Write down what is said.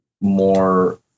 more